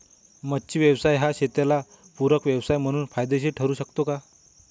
मच्छी व्यवसाय हा शेताला पूरक व्यवसाय म्हणून फायदेशीर ठरु शकतो का?